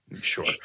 Sure